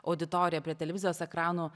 auditoriją prie televizijos ekranų